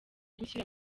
gushyira